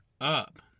up